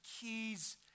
keys